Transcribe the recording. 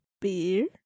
Beer